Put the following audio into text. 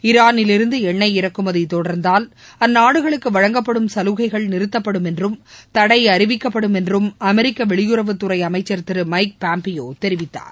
ஈரானிலிருந்து எண்ணெய் இறக்குமதி தொடர்ந்தால் அந்நாடுகளுக்கு வழங்கப்படும் சலுகைகள் நிறுத்தப்படும் என்றும் தடை அறிவிக்கப்படும் என்றும் அமெரிக்க வெளியுறவுத்துறை அமைச்சா் திரு மைக் பாம்பியோ தெரிவித்தார்